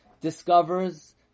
discovers